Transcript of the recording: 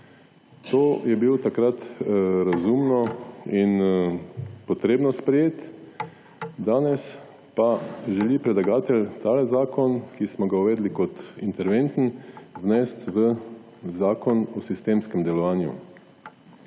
To je bil takrat razumno in potrebno sprejeti. Danes pa želi predlagatelj ta zakon, ki smo ga uvedli kot interventni, vnesti v zakon o sistemskem delovanju.